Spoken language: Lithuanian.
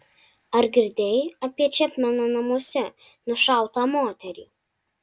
ar girdėjai apie čepmeno namuose nušautą moterį